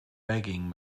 begging